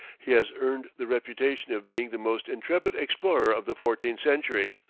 he has earned the reputation of being the most intrepid explorer of the fourteenth century,